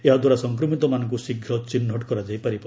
ଏହାଦ୍ୱାରା ସଂକ୍ରମିତମାନଙ୍କୁ ଶୀଘ୍ର ଚିହ୍ନଟ କରାଯାଇ ପାରିବ